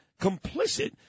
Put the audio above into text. complicit